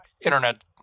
internet